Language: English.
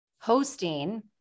hosting